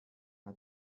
辖下